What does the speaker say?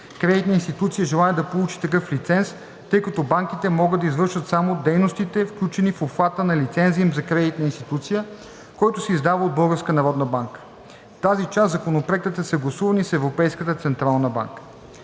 кредитна институция желае да получи такъв лиценз, тъй като банките могат да извършват само дейностите, включени в обхвата на лиценза им за кредитна институция, който се издава от Българската народна банка. В тази част Законопроектът е съгласуван и с Европейската централна банка.